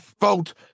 vote